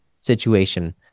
situation